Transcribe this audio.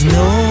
no